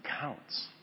counts